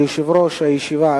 של יושב-ראש הישיבה,